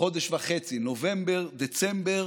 חודש וחצי, בנובמבר-דצמבר